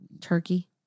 Turkey